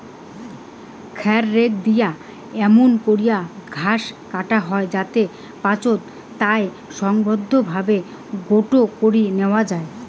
খ্যার রেক দিয়া এমুন করি ঘাস কাটা হই যাতি পাচোত তায় সংঘবদ্ধভাবে গোটো করি ন্যাওয়া যাই